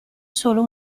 solo